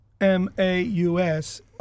M-A-U-S